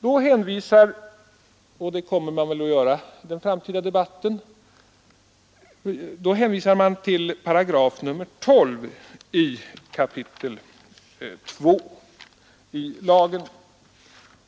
Här hänvisar majoriteten — och det kommer man väl att göra i den framtida debatten — till 2 kap. 12 § i lagförslaget.